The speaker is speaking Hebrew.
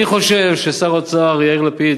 אני חושב ששר האוצר יאיר לפיד